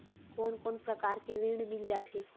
कोन कोन प्रकार के ऋण मिल जाथे?